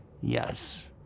Yes